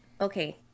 okay